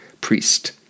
priest